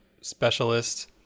specialist